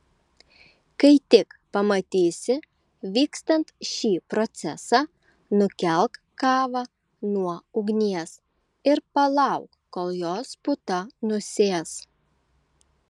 kai tik pamatysi vykstant šį procesą nukelk kavą nuo ugnies ir palauk kol jos puta nusės